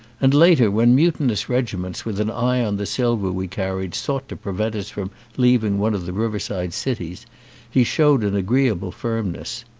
and later when mutinous regiments with an eye on the silver we carried sought to prevent us from leaving one of the riverside cities he showed an agreeable firmness.